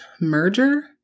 merger